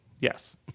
Yes